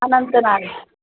Anant Nag